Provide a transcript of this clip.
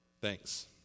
Thanks